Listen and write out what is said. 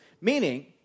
meaning